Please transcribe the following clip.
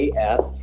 af